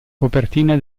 copertina